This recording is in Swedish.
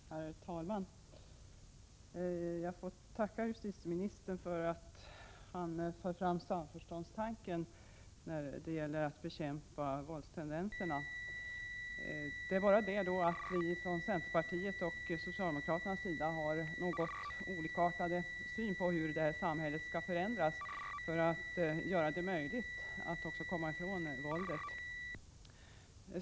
Herr talman! Jag får tacka justitieministern för att han för fram samförståndstanken när det gäller att bekämpa våldstendenserna. Men vi centerpartister och socialdemokrater har något olika syn på hur det här samhället skall förändras för att det skall bli möjligt att komma ifrån våldet.